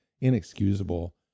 inexcusable